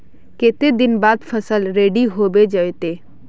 केते दिन बाद फसल रेडी होबे जयते है?